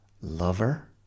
lover